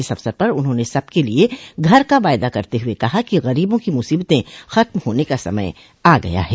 इस अवसर पर उन्होंने सबके लिए घर का वायदा करते हुए कहा है कि गरीबों की मुसीबतें खत्म होने का समय आ गया है